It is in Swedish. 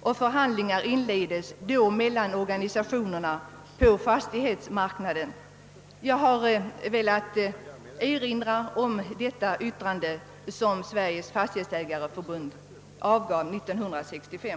och förhandlingar inledes då mellan organisationerna på fastighetsmarknaden.» Jag har velat erinra om detta yttrande, som Sveriges fastighetsägareförbund avgav 1965.